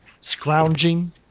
scrounging